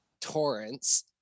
torrents